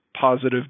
positive